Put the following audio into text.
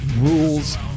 rules